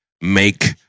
Make